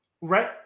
right